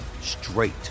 straight